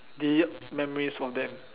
delete memories from them